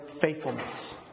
faithfulness